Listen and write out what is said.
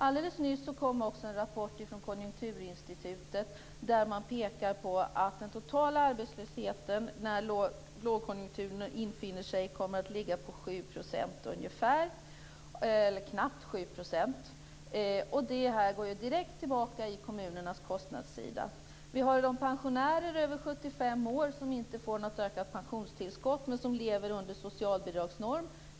Alldeles nyss kom en rapport från Konjunkturinstitutet där man pekar på att den totala arbetslösheten när lågkonjunkturen infinner sig kommer att ligga på knappt 7 %. Det går direkt tillbaka på kommunernas kostnadssida. Vi har ju de pensionärer över 75 år som inte får något ökat pensionstillskott men som lever under socialbidragsnorm.